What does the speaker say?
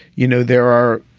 you know, there are.